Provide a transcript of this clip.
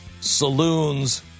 saloons